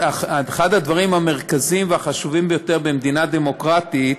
אחד הדברים המרכזיים והחשובים ביותר במדינה דמוקרטית